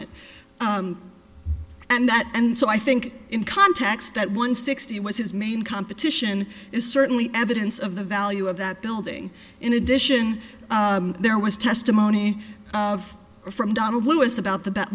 it and that and so i think in context that one sixty was his main competition certainly evidence of the value of that building in addition there was testimony from donald lewis about the